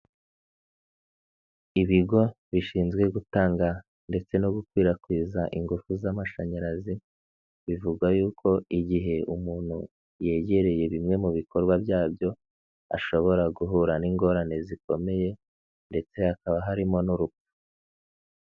Ibigo bishinzwe gutanga ndetse no gukwirakwiza ingufu z'amashanyarazi, bivuga yuko igihe umuntu yegereye bimwe mu bikorwa byabyo, ashobora guhura n'ingorane zikomeye ndetse hakaba harimo n'urupfu.